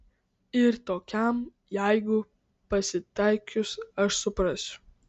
ir tokiam jeigu pasitaikius aš suprasiu